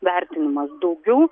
vertinimas daugiau